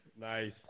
Nice